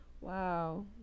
wow